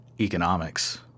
economics